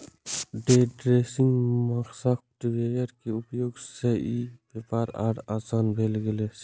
day trading software के उपयोग सं ई व्यापार आर आसान भए गेल छै